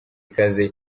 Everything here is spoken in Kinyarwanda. ikaze